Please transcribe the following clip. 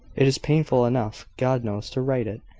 it is painful enough, god knows, to write it!